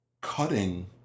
cutting